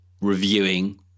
reviewing